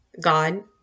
God